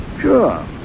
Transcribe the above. Sure